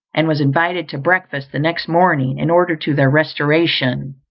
and was invited to breakfast the next morning in order to their restoration.